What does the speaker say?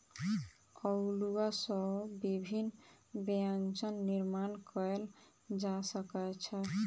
अउलुआ सॅ विभिन्न व्यंजन निर्माण कयल जा सकै छै